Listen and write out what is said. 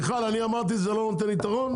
מיכל אני אמרת שזה לא נותן יתרון?